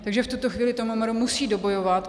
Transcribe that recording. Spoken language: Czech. Takže v tuto chvíli to MMR musí dobojovat.